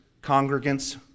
congregants